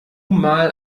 mal